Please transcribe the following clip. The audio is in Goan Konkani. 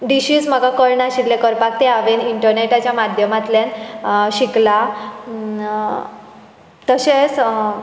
डिशीज म्हाका कळनाशिल्लें करपाक ते हांवें इण्टनॅटाच्या माध्यमांतल्यान शिकलां तशेंच